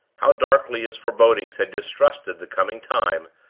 how darkly his forebodings had distrusted the coming time,